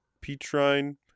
Petrine